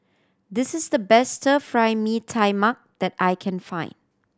this is the best Stir Fry Mee Tai Mak that I can find